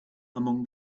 among